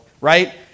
right